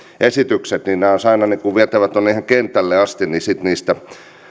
esitykset olisi aina vietävä tuonne ihan kentälle asti niin sitten niistä